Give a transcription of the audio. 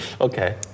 Okay